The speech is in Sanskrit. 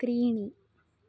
त्रीणि